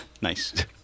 Nice